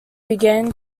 begin